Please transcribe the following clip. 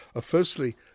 Firstly